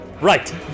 Right